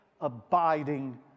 abiding